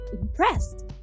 impressed